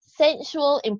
sensual